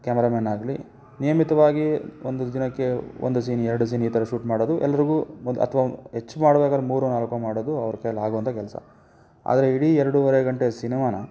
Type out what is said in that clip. ಕ್ಯಾಮ್ರಮೆನ್ನಾಗಲಿ ನಿಯಮಿತವಾಗಿ ಒಂದು ದಿನಕ್ಕೆ ಒಂದು ಸೀನ್ ಎರಡು ಸೀನ್ ಈ ಥರ ಶೂಟ್ ಮಾಡೋದು ಎಲ್ಲರಿಗೂ ಒಂದು ಅಥವಾ ಹೆಚ್ ಮಾಡ್ಬೇಕಾರೆ ಮೂರು ನಾಲ್ಕು ಮಾಡೋದು ಅವ್ರ ಕೈಲಿ ಆಗುವಂಥ ಕೆಲಸ ಆದರೆ ಇಡೀ ಎರಡುವರೆ ಗಂಟೆ ಸಿನೆಮಾನ